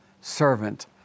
servant